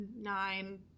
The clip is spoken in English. nine